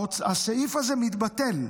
הסעיף הזה מתבטל,